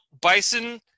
bison